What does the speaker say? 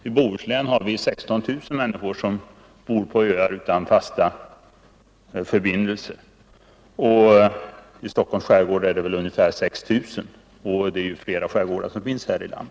I Bohuslän är det 16 000 människor som bor på öar utan fasta förbindelser och i Stockholms skärgård ungefär 6 000, och det finns dessutom andra skärgårdar i vårt land.